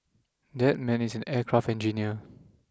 that man is an aircraft engineer